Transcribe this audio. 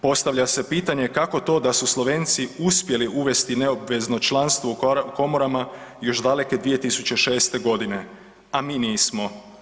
Postavlja se pitanje kako to da su Slovenci uspjeli uvesti neobvezno članstvo u komorama još daleke 2006. godine, a mi nismo.